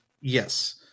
Yes